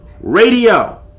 Radio